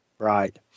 Right